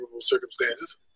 circumstances